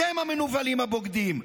אתם המנוולים הבוגדים,